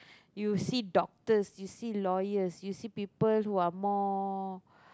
you see doctors you see lawyers you see people who are more